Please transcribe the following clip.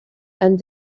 and